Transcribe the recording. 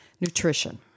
nutrition